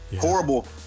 Horrible